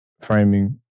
framing